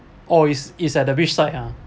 oh it's it's at the beach side ah